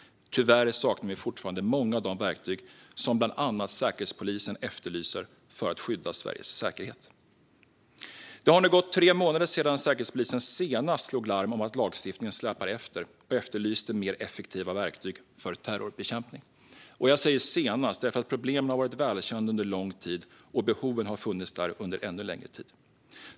Tyvärr saknar vi fortfarande många av de verktyg som bland andra Säkerhetspolisen efterlyser för att skydda Sveriges säkerhet. Det har nu gått tre månader sedan Säkerhetspolisen senast slog larm om att lagstiftningen släpar efter och efterlyste mer effektiva verktyg för terrorbekämpning. Jag säger "senast", för problemen har varit välkända under lång tid, och behoven har funnits där under ännu längre tid.